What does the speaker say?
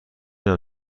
دونم